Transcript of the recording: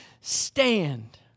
stand